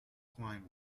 climate